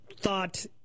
thought